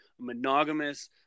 monogamous